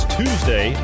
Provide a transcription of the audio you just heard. tuesday